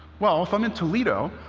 well, if i'm in toledo,